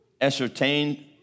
ascertained